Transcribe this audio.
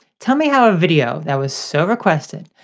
tell me how a video that was so requested,